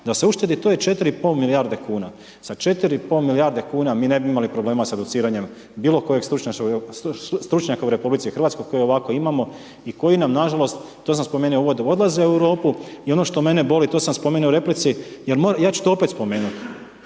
da se uštedi, to je 4,5 milijarde kn. S 4,5 milijarde kn mi nebi imali problema sa educiranjem bilo kojeg stručnjaka u RH koje ovako imamo i koji nam nažalost, to sam spomenuo u uvodu, odlaze u Europu i ono što mene boli to sam spominjao u replici, ja ću to opet spomenuti.